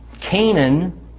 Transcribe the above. Canaan